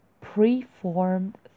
preformed